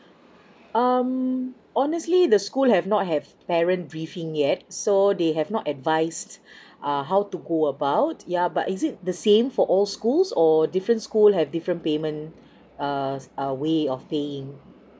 um honestly the school have not have parent briefing yet so they have not advised uh how to go about it yeah but is it the same for all schools or different school have different payment err err way of paying